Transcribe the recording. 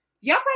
y'all